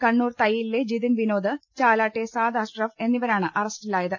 കണ്ണൂർ തയ്യിലിലെ ജിതിൻ വിനോദ് ചാലാട്ടെ സാദ് അഷ്റഫ് എന്നിവരാണ് അറസ്റ്റിലായത്